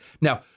Now